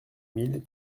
mille